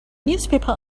newspaper